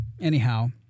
Anyhow